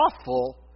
awful